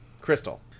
Crystal